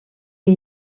que